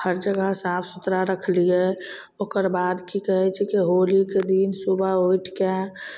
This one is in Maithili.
हरजगह साफ सुथरा रखलिए ओकरबाद कि कहै छिकै होलीके दिन सुबह उठिके